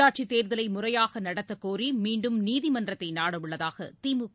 உள்ளாட்சித் தேர்தலை முறையாக நடத்தக் கோரி மீன்டும் நீதிமன்றத்தை நாடவுள்ளதாக திமுக